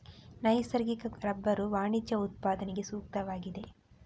ನೈಸರ್ಗಿಕ ರಬ್ಬರು ವಾಣಿಜ್ಯ ಉತ್ಪಾದನೆಗೆ ಸೂಕ್ತವಾಗಿದೆ